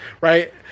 right